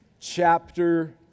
chapter